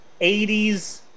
80s